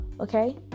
okay